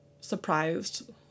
surprised